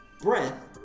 breath